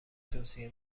توصیه